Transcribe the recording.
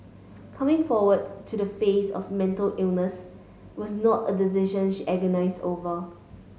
coming forward to the face of mental illness was not a decision she agonised over